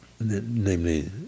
namely